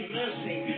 mercy